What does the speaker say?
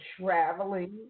traveling